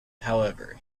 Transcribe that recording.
however